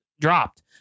dropped